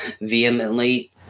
vehemently